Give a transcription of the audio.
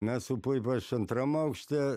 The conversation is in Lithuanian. mes su puipa aš antram aukšte